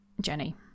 Jenny